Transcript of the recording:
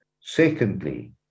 secondly